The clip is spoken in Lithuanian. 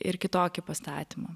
ir kitokį pastatymą